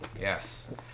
Yes